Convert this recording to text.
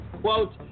Quote